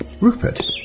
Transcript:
Rupert